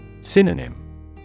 Synonym